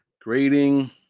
Grading